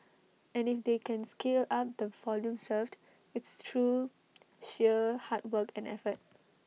and if they can scale up the volume served it's through sheer hard work and effort